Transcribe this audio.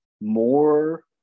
more